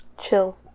chill